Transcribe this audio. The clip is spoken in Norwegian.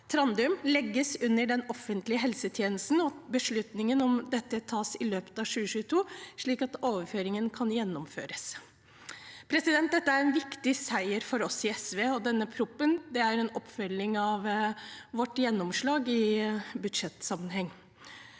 Trandum, legges under den offentlige helsetjenesten og at beslutningen om dette tas i løpet av 2022, slik at overføringen kan gjennomføres (…)» Dette er en viktig seier for oss i SV, og denne proposisjonen er en oppfølging av vårt gjennomslag i budsjettsammenheng.